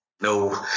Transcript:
No